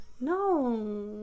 No